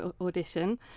audition